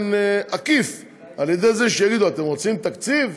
באופן עקיף על ידי זה שיגידו: אתם רוצים תקציב,